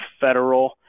federal